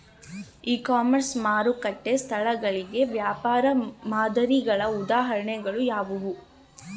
E commerce ಮಾರುಕಟ್ಟೆ ಸ್ಥಳಗಳಿಗೆ ವ್ಯಾಪಾರ ಮಾದರಿಗಳ ಉದಾಹರಣೆಗಳು ಯಾವುವು?